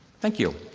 thank you.